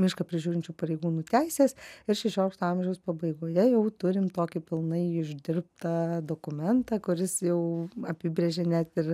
mišką prižiūrinčių pareigūnų teisės ir šešiolikto amžiaus pabaigoje jau turim tokį pilnai išdirbtą dokumentą kuris jau apibrėžė net ir